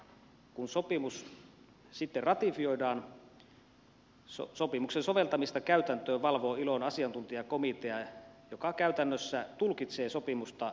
kun sopimus sitten ratifioidaan sopimuksen soveltamista käytäntöön valvoo ilon asiantuntijakomitea joka käytännössä tulkitsee sopimusta ratifioinnin jälkeen